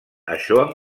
això